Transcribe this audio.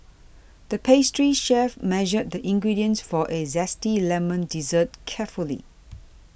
the pastry chef measured the ingredients for a Zesty Lemon Dessert carefully